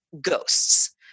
ghosts